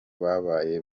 babaye